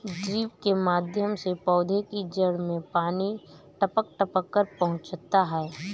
drip के माध्यम से पौधे की जड़ में पानी टपक टपक कर पहुँचता है